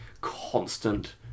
constant